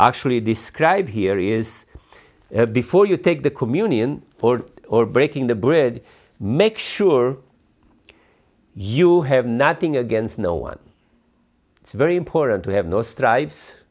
actually describe here is before you take the communion for or breaking the bread make sure you have nothing against no one it's very important to have no stri